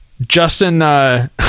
Justin